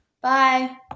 Bye